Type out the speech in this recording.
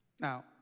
Now